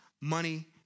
money